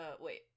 wait